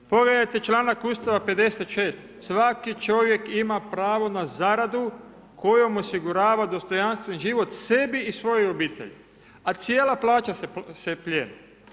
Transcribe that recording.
Pogledajte članak Ustava 56. svaki čovjek ima pravo na zaradu kojom osigurava dostojanstven život sebi i svojoj obitelji, a cijela plaća se plijeni.